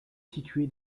situé